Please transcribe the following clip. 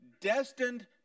destined